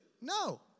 No